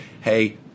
hey